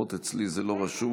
לא, לפחות אצלי זה לא רשום.